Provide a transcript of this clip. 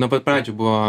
nuo pat pradžių buvo